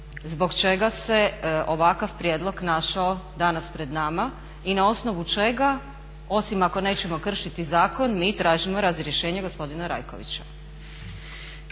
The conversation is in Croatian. zbog čega se ovakav prijedlog našao danas pred nama i na osnovu čega osim ako nećemo kršiti zakon mi tražimo razrješenje gospodina Rajkovića.